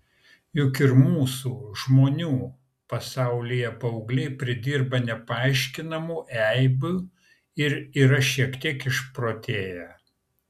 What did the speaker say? juk ir mūsų žmonių pasaulyje paaugliai pridirba nepaaiškinamų eibių ir yra šiek tiek išprotėję